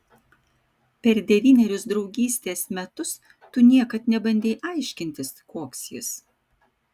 per devynerius draugystės metus tu niekad nebandei aiškintis koks jis